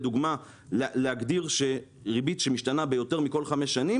לדוגמה להגדיר שריבית שמשתנה ביותר מכל חמש שנים